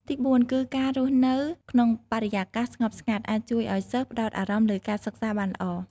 ទី៤ គឺការរស់នៅក្នុងបរិយាកាសស្ងប់ស្ងាត់អាចជួយឲ្យសិស្សផ្ដោតអារម្មណ៍លើការសិក្សាបានល្អ។